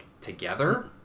together